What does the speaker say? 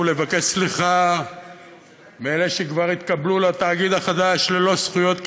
ולבקש סליחה מאלה שכבר התקבלו לתאגיד החדש ללא זכויות,